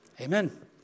Amen